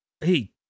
Hey